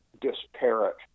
disparate